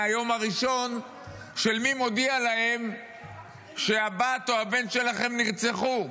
מהיום הראשון של מי מודיע להם שהבת או הבן שלהם נרצחו.